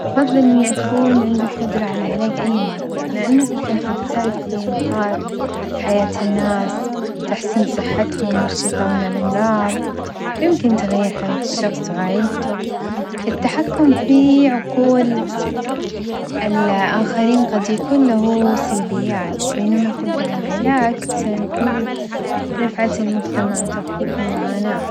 أفظل إني أكون عندي القدرة على علاج أي مرض لأن هالقدرة بتساعد في إنقاذ حياة الناس وتحسين صحتهم والشفا من الأمراظ، يمكن تغير حياة الشخص وعائلته، التحكم في عقول الآخرين قد يكون له سلبيات، بينما القدرة على العلاج تساهم في رفعة المجتمع وتخفيف المعاناة.